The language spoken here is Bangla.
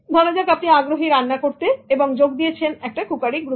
ধরা যাক আপনি আগ্রহী রান্না করতে এবং যোগ দিয়েছেন কুকারি গ্রুপে